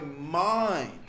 mind